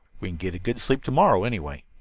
we can get a good sleep to-morrow, anyway.